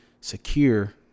secure